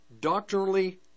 doctrinally